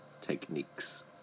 techniques